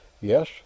Yes